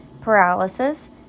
paralysis